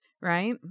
right